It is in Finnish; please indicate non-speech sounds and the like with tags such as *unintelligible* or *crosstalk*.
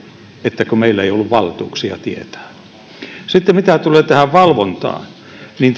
että kun meillä ei ollut valtuuksia tietää sitten mitä tulee tähän valvontaan niin *unintelligible*